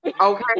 okay